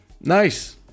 nice